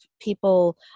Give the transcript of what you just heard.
people